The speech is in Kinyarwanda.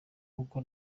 kuko